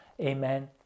Amen